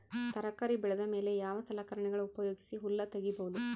ತರಕಾರಿ ಬೆಳದ ಮೇಲೆ ಯಾವ ಸಲಕರಣೆಗಳ ಉಪಯೋಗಿಸಿ ಹುಲ್ಲ ತಗಿಬಹುದು?